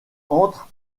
entre